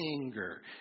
anger